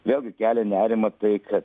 vėlgi kelia nerimą tai kad